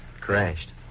Crashed